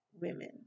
women